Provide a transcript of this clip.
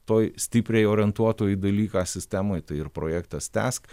toj stipriai orientuoto į dalyką sistemoj tai ir projektas tęsk